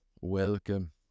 welcome